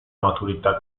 maturità